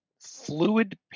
fluid